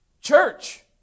Church